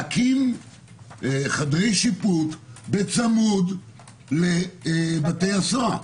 להקים חדרי שיפוט בצמוד לבתי הסוהר.